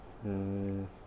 mm